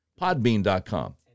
Podbean.com